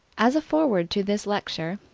as a foreword to this lecture,